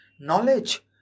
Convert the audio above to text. Knowledge